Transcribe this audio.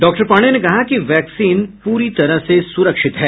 doctor Pandey ने कहा कि वैक्सीन पूरी तरह से सुरक्षित है